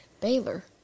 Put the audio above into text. Baylor